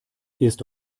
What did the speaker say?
ist